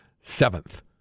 seventh